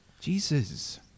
Jesus